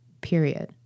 period